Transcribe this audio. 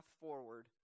forward